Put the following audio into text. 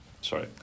Sorry